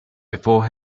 before